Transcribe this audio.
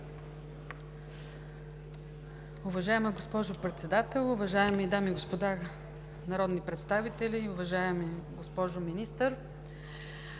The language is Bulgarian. Уважаема госпожо Председател, уважаеми дами и господа народни представители, уважаема госпожо Министър!